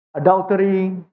adultery